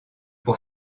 pour